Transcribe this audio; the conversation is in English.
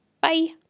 Bye